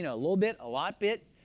you know little bit, a lot bit?